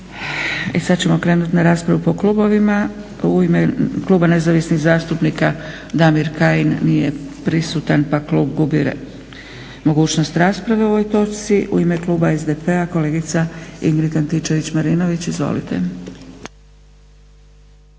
I sada ćemo krenuti na raspravu po klubovima. U ime Kluba nezavisnih zastupnika Damir Kajin. Nije prisutan, pa klub gubi mogućnost rasprave o ovoj točci. U ime kluba SDP-a kolegica Ingrid Antičević-Marinović, izvolite.